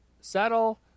Saddle